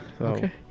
Okay